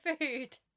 food